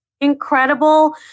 incredible